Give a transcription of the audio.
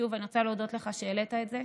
שוב, אני רוצה להודות לך על שהעלית את זה.